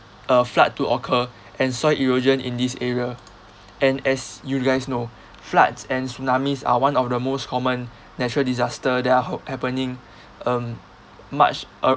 a flood to occur and soil erosion in this area and as you guys know floods and tsunamis are one of the most common natural disaster that are ho~ happening um much uh